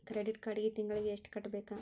credit ಕಾರ್ಡಿಗಿ ತಿಂಗಳಿಗಿ ಎಷ್ಟ ಕಟ್ಟಬೇಕ